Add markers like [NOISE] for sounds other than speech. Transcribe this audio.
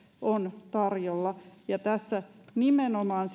on tarjolla tässä kotoutumista nimenomaan [UNINTELLIGIBLE]